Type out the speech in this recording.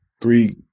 three